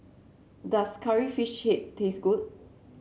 does curry fish chip taste good